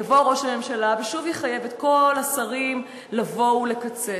יבוא ראש הממשלה ושוב יחייב את כל השרים לבוא ולקצץ.